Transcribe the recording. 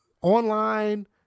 online